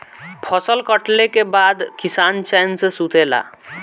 फसल कटले के बाद किसान चैन से सुतेला